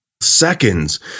seconds